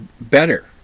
better